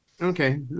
Okay